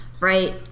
Right